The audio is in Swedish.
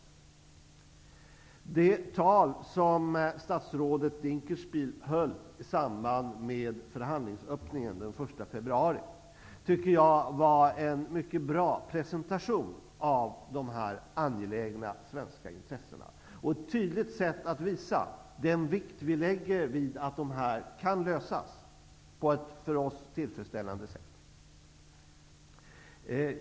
Jag tycker att det tal som statsrådet Dinkelspiel höll vid förhandlingsöppningen den 1 februari var en mycket bra presentation av de här angelägna svenska intressena och ett tydligt sätt att visa den vikt som vi lägger vid att de kan tillmötesgås på ett för oss tillfredsställande sätt.